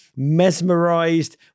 mesmerized